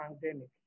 pandemic